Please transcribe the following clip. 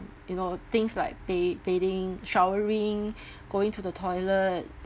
you know things like ba~ bathing showering going to the toilet